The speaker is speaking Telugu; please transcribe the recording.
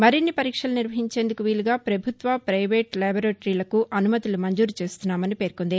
మరిన్ని పరీక్షలు నిర్వహించేందుకు వీలుగా ప్రభుత్వ పైవేటు లేబొరేటరీలకు అనుమతులు మంజూరు చేస్తున్నామని పేర్కొంది